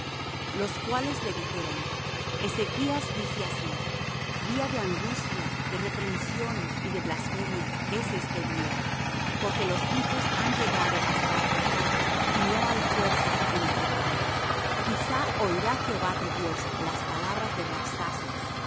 los cuales le dijeron ezechas dice así día de angustia de reprensión y de blasfemia es este día porque los hijos han llegado hasta la rotura y no hay fuerza en la que pare quizá oirá jehová tu dios las palabras de